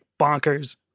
bonkers